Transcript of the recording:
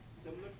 similar